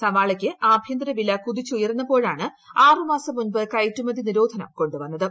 സവാളയ്ക്ക് ആഭ്യന്തരവില കുതിച്ചുയർന്നപ്പോഴാണ് ആറ് മാസം മുൻപ് കയറ്റുമതി നിരോധനം കൊണ്ടുവന്നത്